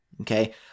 Okay